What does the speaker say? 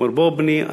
הוא אמר: בוא, בני.